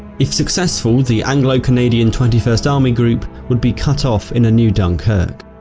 if successful the anglo-canadian twenty first army group would be cut off in a new dunkirk.